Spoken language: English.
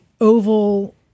oval